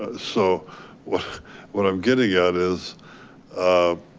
ah so what what i'm getting at is um